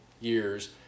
years